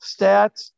stats